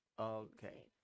Okay